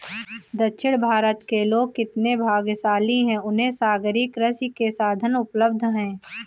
दक्षिण भारत के लोग कितने भाग्यशाली हैं, उन्हें सागरीय कृषि के साधन उपलब्ध हैं